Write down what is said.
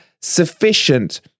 sufficient